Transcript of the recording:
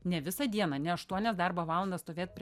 ne visą dieną ne aštuonias darbo valandas stovėt prie